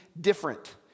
different